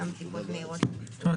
גם בדיקות מהירות --- זאת אומרת,